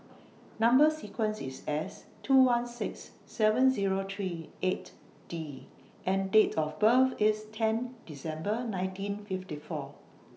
Number sequence IS S two one six seven Zero three eight D and Date of birth IS ten December nineteen fifty four